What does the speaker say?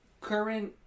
current